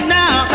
now